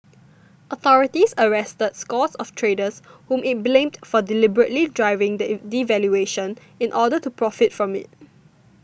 authorities arrested scores of traders whom it blamed for the deliberately driving the devaluation in order to profit from it